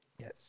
Yes